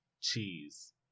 cheese